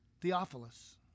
Theophilus